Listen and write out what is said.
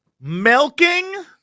milking